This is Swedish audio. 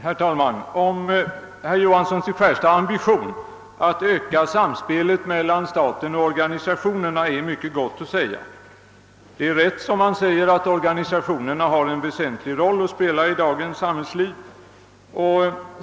Herr talman! Om herr Johanssons i Skärstad ambition att öka samspelet mellan staten och organisationerna är mycket gott att säga. Det är rätt som han framhåller, att organisationerna har en väsentlig roll att spela i dagens samhällsliv.